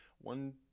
one